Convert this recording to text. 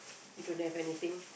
you don't have anything